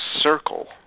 circle